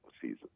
season